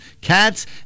cats